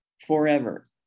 forever